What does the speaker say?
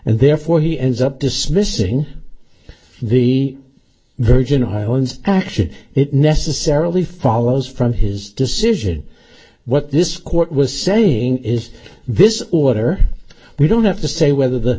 and therefore he ends up dismissing the virgin highlands action it necessarily follows from his decision what this court was saying is this order we don't have to say whether the